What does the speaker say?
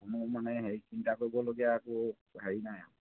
কোনো মানে হেৰি চিন্তা কৰিবলগীয়া একো হেৰি নাই আৰু